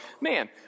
man